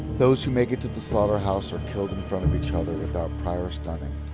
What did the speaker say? those who make it to the slaughterhouse are killed in front of each other without prior stunning,